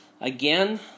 Again